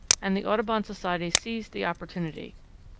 and the audubon society seized the opportunity.